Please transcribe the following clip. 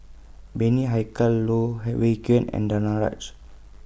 Bani Haykal Loh Wai Kiew and Danaraj